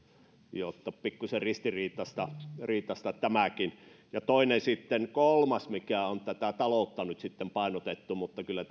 että pikkusen ristiriitaista on tämäkin ja kolmas on sitten se että on tätä taloutta nyt sitten painotettu mutta kyllä